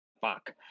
fuck